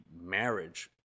marriage